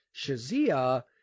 Shazia